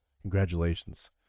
Congratulations